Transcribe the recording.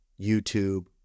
YouTube